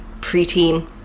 preteen